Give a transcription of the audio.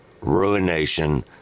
ruination